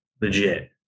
legit